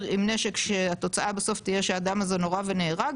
עם נשק שהתוצאה תהיה בסוף שהאדם הזה נורה ונהרג,